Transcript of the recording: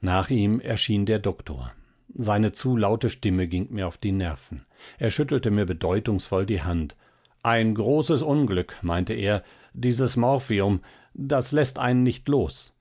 nach ihm erschien der doktor seine zu laute stimme ging mir auf die nerven er schüttelte mir bedeutungsvoll die hand ein großes unglück meinte er dieses morphium das läßt einen nicht los